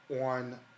on